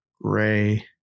Ray